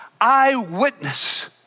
eyewitness